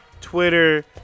Twitter